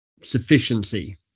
sufficiency